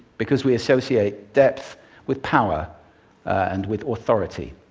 because we associate depth with power and with authority.